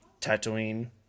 Tatooine